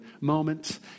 moment